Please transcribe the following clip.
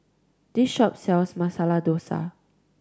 this shop sells Masala Dosa